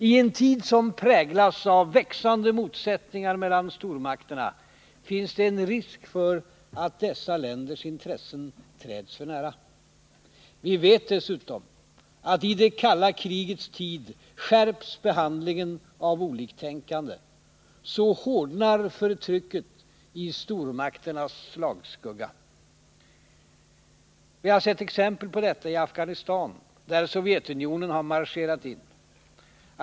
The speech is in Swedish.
I en tid som präglas av växande motsättningar mellan stormakterna finns det en risk för att dessa länders intressen träds för nära. Vi vet dessutom att i det kalla krigets tid skärps behandlingen av oliktänkande, då hårdnar förtrycket i stormakternas slagskugga. Vi har sett exempel på detta i Afghanistan, där Sovjetunionen har marscherat in.